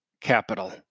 capital